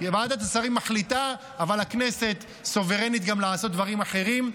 ועדת השרים מחליטה אבל הכנסת סוברנית גם לעשות דברים אחרים.